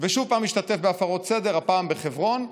ושוב השתתף בהפרות סדר, הפעם בחברון,